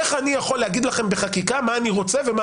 איך אני יכול להגיד לכם בחקיקה מה אני רוצה ומה